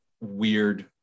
weird